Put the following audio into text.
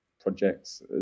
projects